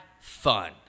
fun